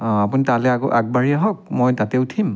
অঁ আপুনি তালে আগ আগবাঢ়ি আহক মই তাতে উঠিম